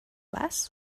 was